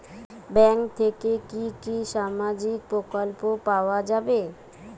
Bank থেকে কি কি সামাজিক প্রকল্প পাওয়া যাবে?